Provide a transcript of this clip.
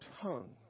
tongue